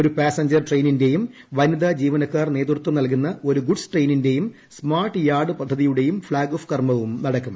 ഒരു പാസഞ്ചർ ട്രെയിന്റെയും വനിതാ ജീവനക്കാർ നേതൃത്വം നൽകുന്ന ഒരു ഗുഡ്സ് ട്രെയിനിന്റെയും സ്മാർട്ട് യാർഡ് പദ്ധതിയുടെയും ഫ്ളാഗ് ഓഫ് കർമ്മവും നടക്കും